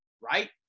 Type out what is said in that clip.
right